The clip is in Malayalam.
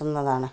കിട്ടുന്നതാണ്